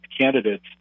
candidates